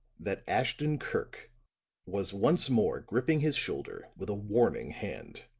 that ashton-kirk was once more gripping his shoulder with a warning hand.